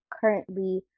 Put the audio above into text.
currently